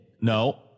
No